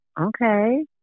Okay